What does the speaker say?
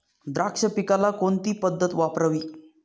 द्राक्ष पिकाला कोणती पद्धत वापरावी?